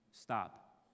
stop